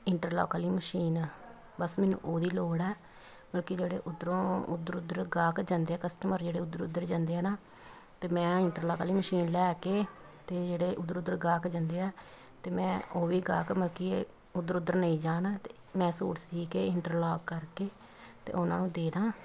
interlock ਵਾਲੀ machine ਆ ਬਸ ਮੈਨੂੰ ਉਹਦੀ ਲੋੜ ਹੈ ਮਲਕੀ ਜਿਹੜੇ ਉੱਧਰੋਂ ਉੱਧਰੋਂ ਉੱਧਰੋਂ ਗਾਹਕ ਜਾਂਦੇ ਆ ਕਸਟਮਰ ਜਿਹੜੇ ਉੱਧਰ ਉੱਧਰ ਜਾਂਦੇ ਆ ਨਾ ਅਤੇ ਮੈਂ ਇੰਟਰਲਾਕ ਵਾਲੀ ਮਸ਼ੀਨ ਲੈ ਕੇ ਅਤੇ ਜਿਹੜੇ ਉੱਧਰ ਉੱਧਰ ਗਾਹਕ ਜਾਂਦੇ ਆ ਤਾਂ ਮੈਂ ਉਹ ਵੀ ਗਾਹਕ ਮਲਕੀ ਉੱਧਰ ਉੱਧਰ ਨਹੀਂ ਜਾਣਾ ਅਤੇ ਮੈਂ ਸੂਟ ਸੀ ਕਿ ਇੰਟਰਲੋਕ ਕਰਕੇ ਅਤੇ ਉਹਨਾਂ ਨੂੰ ਦੇ ਦਾ